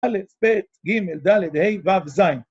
א, ב, ג, ד, ה, ו, ז